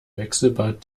wechselbad